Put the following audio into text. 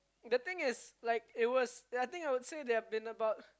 the thing is like it was that I think I would say they have been about